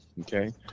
okay